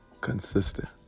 consistent